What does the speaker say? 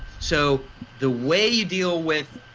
so the way you deal with